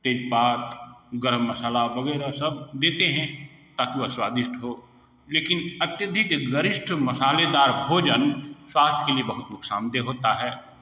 तेजपात गर्म मसाला वगैरह सब देते हें ताकि वह स्वादिष्ट हो लेकिन अत्यधिक गरिष्ठ मसालेदार भोजन स्वास्थ्य के लिए बहुत नुकसानदेह होता है